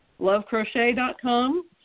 lovecrochet.com